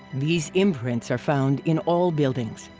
these imprints are found in all buildings.